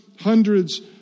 hundreds